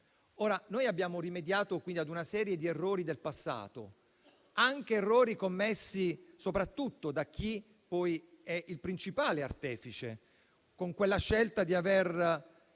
Noi abbiamo rimediato quindi a una serie di errori del passato, commessi anche e soprattutto da chi è il principale artefice, con quella scelta di aver